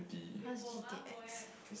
how's G_T_X